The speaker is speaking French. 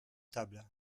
tables